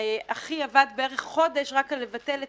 שאחי עבד בערך חודש רק כדי לבטל את